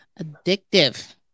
addictive